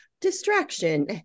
distraction